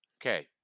Okay